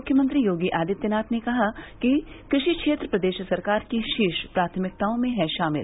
मुख्यमंत्री योगी आदित्यनाथ ने कहा कि कृषि क्षेत्र प्रदेश सरकार की शीर्ष प्राथमिकताओं में है शामिल